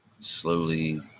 slowly